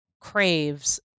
craves